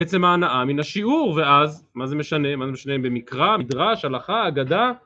בעצם ההנאה מן השיעור. ואז, מה זה משנה? מה זה משנה אם זה במקרא, מדרש, הלכה, אגדה?